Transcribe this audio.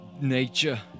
nature